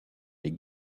les